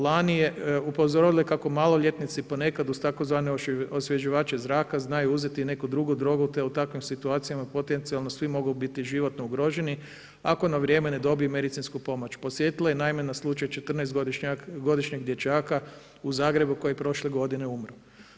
Lani je, upozoravaju kako maloljetnici ponekad uz tzv. osvježivače zraka znaju uzeti i neku drugu drogu te u takvim situacijama potencijalno svi mogu biti životno ugroženi ako na vrijeme ne dobiju medicinsku pomoć, podsjetilo je naime na slučaj 14-godišnjeg dječačka u Zagrebu koji je prošle godine umro.